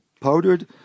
powdered